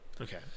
Okay